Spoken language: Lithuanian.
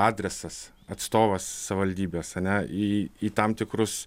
adresas atstovas savivaldybės ane į į tam tikrus